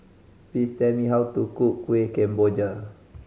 please tell me how to cook Kueh Kemboja